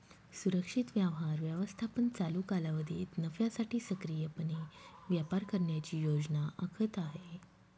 सुरक्षित व्यवहार व्यवस्थापन चालू कालावधीत नफ्यासाठी सक्रियपणे व्यापार करण्याची योजना आखत आहे